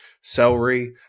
celery